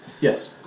yes